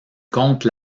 contre